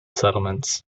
settlements